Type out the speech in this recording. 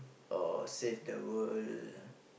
or Save the World